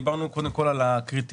דיברנו קודם כל על הקריטריונים.